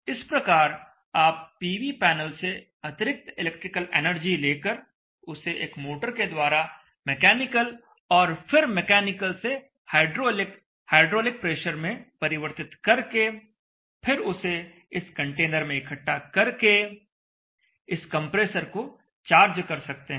इस प्रकार आप पीवी पैनल से अतिरिक्त इलेक्ट्रिकल एनर्जी लेकर उसे एक मोटर के द्वारा मेकेनिकल और फिर मेकेनिकल से हाइड्रोलिक प्रेशर में परिवर्तित करके और फिर उसे इस कंटेनर में इकट्ठा करके इस कंप्रेसर को चार्ज कर सकते हैं